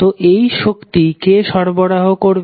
তো এই শক্তি কে সরবরাহ করবে